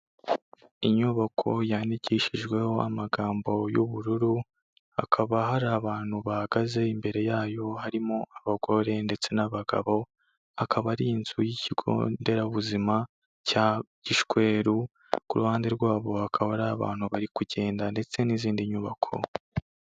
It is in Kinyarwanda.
Inyubako yandikishijweho amagambo y'ubururu, hakaba hari abantu bahagaze imbere yayo harimo abagore ndetse n'abagabo, akaba ari inzu y'ikigo nderabuzima cya Gishweru, ku ruhande rwayo hakaba hari abantu bari kugenda ndetse n'izindi nyubako.